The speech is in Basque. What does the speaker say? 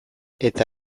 eta